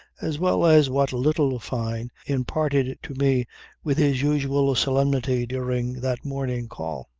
as well as what little fyne imparted to me with his usual solemnity during that morning call.